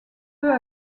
peut